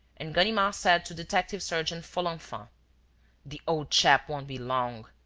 and ganimard said to detective-sergeant folenfant the old chap won't be long.